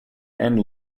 and